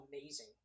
amazing